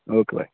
okay bye